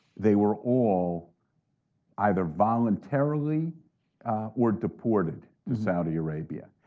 they were all either voluntarily or deported to saudi arabia.